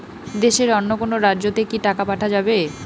দেশের অন্য কোনো রাজ্য তে কি টাকা পাঠা যাবে?